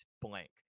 blank